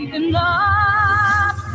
enough